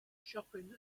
shopping